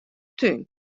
tún